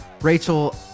Rachel